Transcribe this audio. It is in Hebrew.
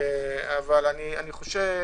אבל אני חושב